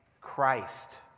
Christ